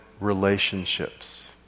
relationships